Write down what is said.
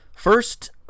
First